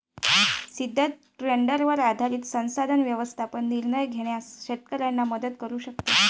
सिद्ध ट्रेंडवर आधारित संसाधन व्यवस्थापन निर्णय घेण्यास शेतकऱ्यांना मदत करू शकते